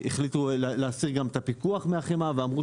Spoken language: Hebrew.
החליטו להסיר גם את הפיקוח מהחמאה ואמרו